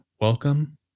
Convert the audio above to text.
welcome